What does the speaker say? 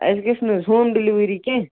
اَسہِ گژھِ نہٕ حظ ہوم ڈِلِؤری کیٚنٛہہ